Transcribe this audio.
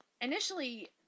Initially